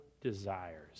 desires